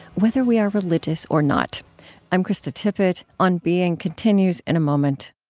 whether we are religious or not i'm krista tippett. on being continues in a moment